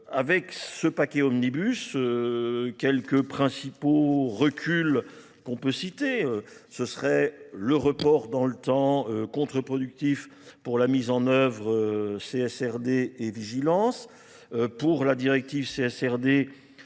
Avec ce paquet Omnibus, quelques principaux reculs qu'on peut citer, ce serait le report dans le temps contre-productif pour la mise en oeuvre CSRD et Vigilance. Pour la directive CSRD,